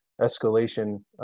escalation